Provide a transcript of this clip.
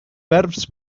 verbs